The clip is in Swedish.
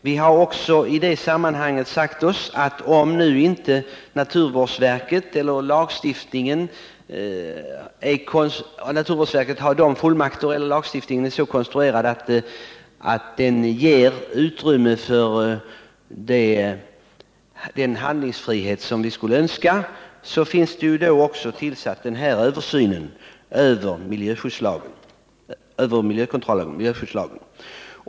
Vi har sagt oss inom utskottet att om nu inte naturvårdsverket har de fullmakter som fordras eller om lagstiftningen är så konstruerad att den inte ger utrymme för den handlingsfrihet som vi skulle önska, så bör det framgå vid den översyn som nu sker av miljöskyddslagen.